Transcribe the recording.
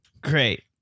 Great